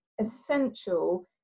essential